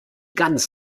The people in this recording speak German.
ganz